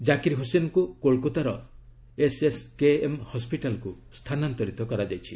ଜାକିର ହୋସେନଙ୍କୁ କୋଲକତାର ଏସ୍ଏସ୍କେଏମ୍ ହସ୍କିଟାଲକୁ ସ୍ଥାନାନ୍ତରିତ କରାଯାଇଛି